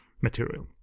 material